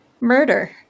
murder